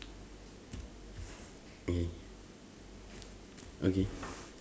okay okay